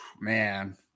Man